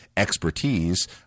Expertise